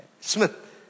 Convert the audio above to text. Smith